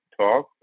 talk